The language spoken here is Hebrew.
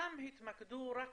שם התמקדו רק